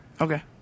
Okay